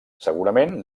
segurament